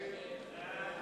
רע"ם-תע"ל